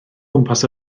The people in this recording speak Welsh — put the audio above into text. gwmpas